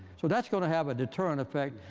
so that's going to have a deterrent effect.